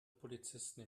polizisten